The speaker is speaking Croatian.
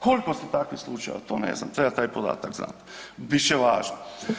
Koliko je takvih slučajeva to ne znam, treba taj podatak znat, bit će važno.